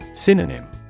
Synonym